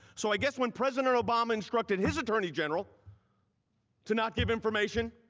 so i guess when president obama instructed his attorney general to not give information,